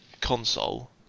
console